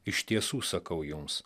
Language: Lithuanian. iš tiesų sakau jums